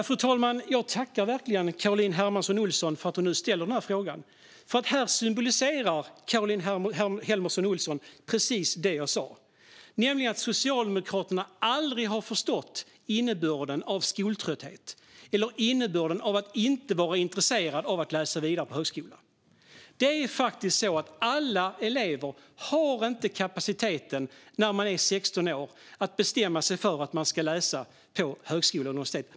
Fru talman! Jag tackar verkligen Caroline Helmersson Olsson för att hon ställer dessa frågor eftersom hon därmed symboliserar precis det jag sa, nämligen att Socialdemokraterna aldrig har förstått innebörden av skoltrötthet eller innebörden av att inte vara intresserad av att läsa vidare på högskola. Alla elever har faktiskt inte kapaciteten när de är 16 år att bestämma sig för att de ska läsa på högskola eller universitet.